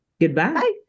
goodbye